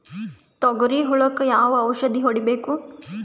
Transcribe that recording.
ತೊಗರಿ ಹುಳಕ ಯಾವ ಔಷಧಿ ಹೋಡಿಬೇಕು?